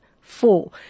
four